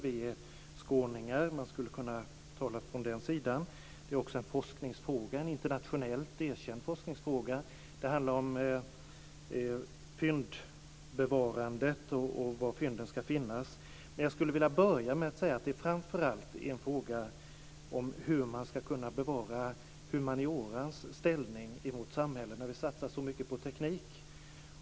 Vi är skåningar, och man skulle kunna tala om saken utifrån det perspektivet. Det är också en internationellt erkänd forskningsfråga. Det handlar om dessutom om fyndbevarande och om var fynden ska finnas. Men jag skulle vilja börja med att säga att det framför allt är en fråga om hur man ska kunna bevara humaniorans ställning i vårt samhälle, där vi satsar så mycket på teknik.